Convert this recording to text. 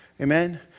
Amen